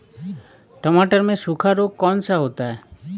टमाटर में सूखा रोग कौन सा होता है?